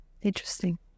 Interesting